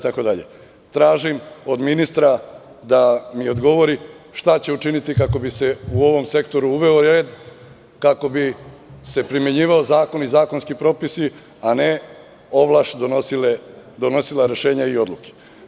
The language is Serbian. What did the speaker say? Tražim od ministra da mi odgovori – šta će učiniti kako bi se u ovaj sektor uveo red, kako bi se primenjivao zakon i zakonski propisi, a ne ovlaš donosila rešenja i odluke?